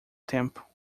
tempo